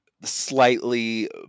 slightly